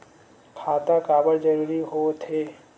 खाता काबर जरूरी हो थे?